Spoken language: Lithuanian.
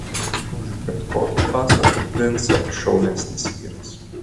už bet kokį pasakų princą šaunesnis vyras